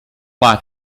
lot